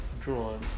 drawn